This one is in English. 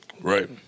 Right